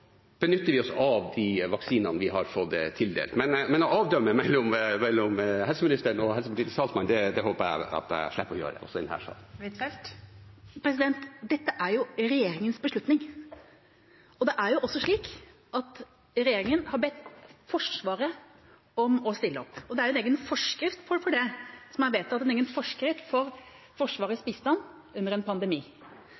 benytter vi oss av de vaksinene vi har fått tildelt. Men å avdømme mellom helseministeren og helsepolitisk talsmann håper jeg at jeg slipper å gjøre i denne saken. Det blir oppfølgingsspørsmål – først Anniken Huitfeldt. Dette er regjeringas beslutning. Det er også slik at regjeringa har bedt Forsvaret om å stille opp, og det er vedtatt en egen forskrift for det, en egen forskrift for Forsvarets